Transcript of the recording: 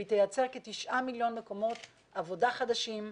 והיא תייצר כתשעה מיליון מקומות עבודה חדשים,